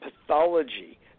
pathology